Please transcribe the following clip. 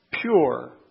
Pure